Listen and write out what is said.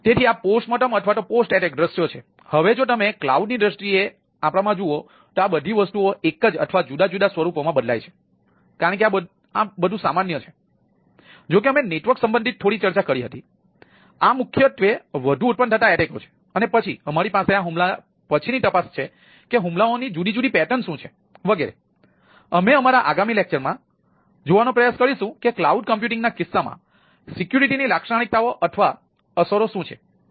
તેથી આ post mortem અથવા પોસ્ટ એટેકના કિસ્સામાં સિક્યુરિટીની લાક્ષણિકતાઓ અથવા અસરો શું છે